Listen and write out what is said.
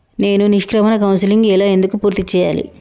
నేను నిష్క్రమణ కౌన్సెలింగ్ ఎలా ఎందుకు పూర్తి చేయాలి?